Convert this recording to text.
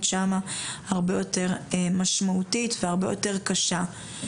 שם הרבה יותר משמעותית והרבה יותר קשה.